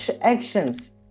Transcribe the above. actions